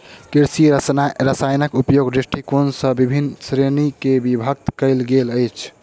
कृषि रसायनकेँ उपयोगक दृष्टिकोण सॅ विभिन्न श्रेणी मे विभक्त कयल गेल अछि